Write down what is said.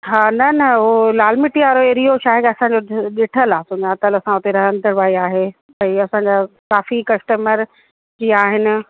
हा न न हू लाल मिटी वारो एरिओ छाहे की असांजो ॾिठलु आहे सुञातल असां रहन्दड़ भई आहे भई असांजा काफ़ी कस्टमर जीअं आहिनि